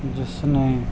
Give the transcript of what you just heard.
ਜਿਸ ਨੇ